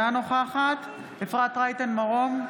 אינה נוכחת אפרת רייטן מרום,